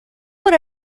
por